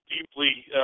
deeply